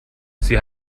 sie